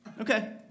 Okay